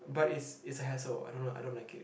but it's it's a hassle I don't know I don't like it